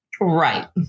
right